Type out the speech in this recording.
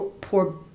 poor